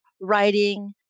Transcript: writing